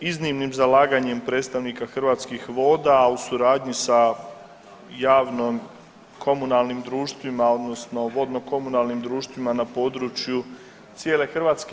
Iznimnim zalaganjem predstavnika Hrvatskih voda, a u suradnji sa javno-komunalnim društvima, odnosno vodno-komunalnim društvima na području cijele Hrvatske.